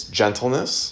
gentleness